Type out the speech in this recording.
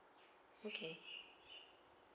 okay